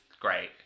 Great